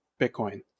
Bitcoin